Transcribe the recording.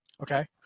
Okay